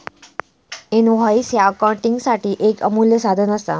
invoice ह्या अकाउंटिंगसाठी येक अमूल्य साधन असा